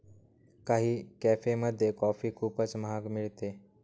काही कॅफेमध्ये कॉफी खूपच महाग मिळते